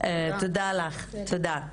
תודה לך, תודה.